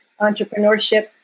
entrepreneurship